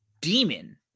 demon